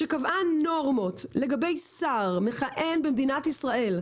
שקבעה נורמות לגבי שר מכהן במדינת ישראל,